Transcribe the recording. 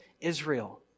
Israel